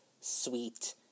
sweet